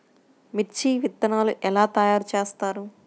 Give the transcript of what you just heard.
మిర్చి విత్తనాలు ఎలా తయారు చేస్తారు?